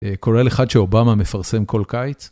כולל אחד שאובמה מפרסם כל קיץ.